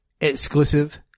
exclusive